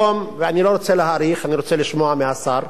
אני לא רוצה להאריך, אני רוצה לשמוע מהשר.